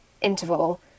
interval